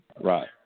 right